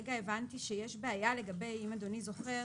כרגע הבנתי שיש בעיה לגבי אם אדוני זוכר,